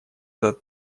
этот